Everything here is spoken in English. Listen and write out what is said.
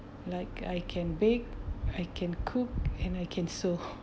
like I can bake I can cook and I can sew